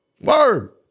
Word